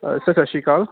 sir ਸਤਿ ਸ਼੍ਰੀ ਅਕਾਲ